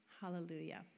Hallelujah